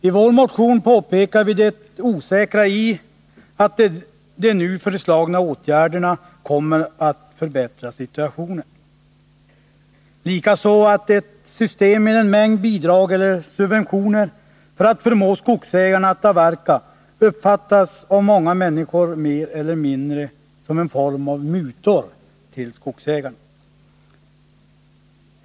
I vår motion påpekar vi det osäkra i att de nu föreslagna åtgärderna kommer att förbättra situationen, likaså att ett system med en mängd bidrag eller subventioner för att förmå skogsägarna att avverka av många människor uppfattas mer eller mindre som en form av mutor till skogsägarna.